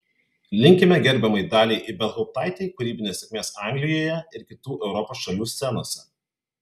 linkime gerbiamai daliai ibelhauptaitei kūrybinės sėkmės anglijoje ir kitų europos šalių scenose